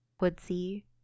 woodsy